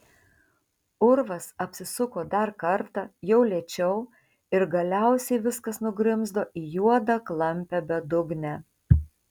urvas apsisuko dar kartą jau lėčiau ir galiausiai viskas nugrimzdo į juodą klampią bedugnę